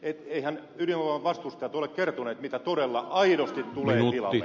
eiväthän ydinvoiman vastustajat ole kertoneet mitä todella aidosti tulee tilalle